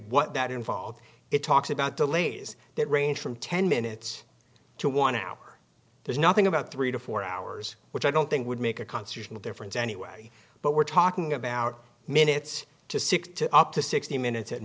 what that involved it talks about delays that range from ten minutes to want to hour there's nothing about three to four hours which i don't think would make a conservation difference anyway but we're talking about minutes to six to up to sixty minutes a